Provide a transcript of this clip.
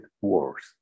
wars